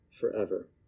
forever